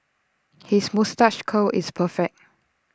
his moustache curl is perfect